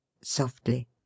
Softly